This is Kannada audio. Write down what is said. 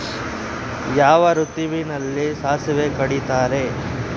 ಯಾವ ಋತುವಿನಲ್ಲಿ ಸಾಸಿವೆ ಕಡಿತಾರೆ?